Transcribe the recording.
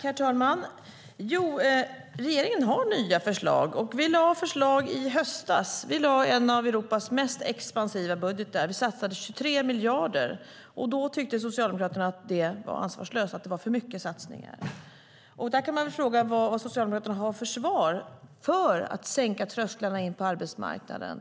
Herr talman! Regeringen har nya förslag. Vi lade fram förslag i höstas, nämligen en av Europas mest expansiva budgetar. Vi satsade 23 miljarder. Då tyckte Socialdemokraterna att satsningen var ansvarslös - den var för stor. Vad är Socialdemokraternas svar för att sänka trösklarna in på arbetsmarknaden?